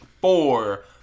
four